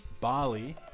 Bali